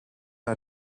are